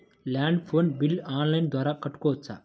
Land phone bill online ద్వారా కట్టుకోవచ్చు?